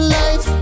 life